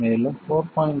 மேலும் 4